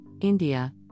India